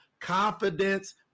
confidence